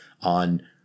on